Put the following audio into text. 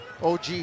OG